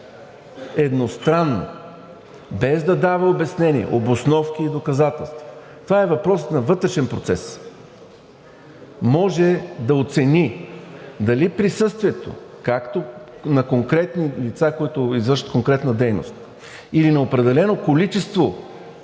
едностранно, без да дава обяснения, обосновки и доказателства – това е въпрос на вътрешен процес, може да оцени дали присъствието, както на конкретни лица, които извършват конкретна дейност, или на определено количество